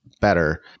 better